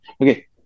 Okay